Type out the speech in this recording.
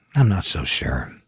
i'm not so sure.